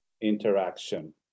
interaction